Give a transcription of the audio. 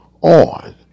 on